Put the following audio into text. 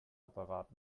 apparat